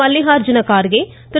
Mallikarjuna Kharge Thiru